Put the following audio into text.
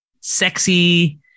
sexy